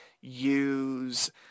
use